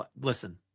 Listen